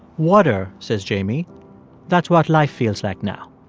water, says jamie that's what life feels like now.